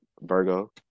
Virgo